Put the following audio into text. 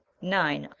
nine.